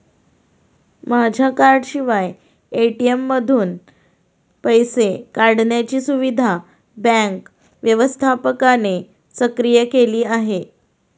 माझ्या कार्डाशिवाय ए.टी.एम मधून पैसे काढण्याची सुविधा बँक व्यवस्थापकाने सक्रिय केली आहे